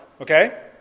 okay